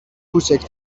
کوچک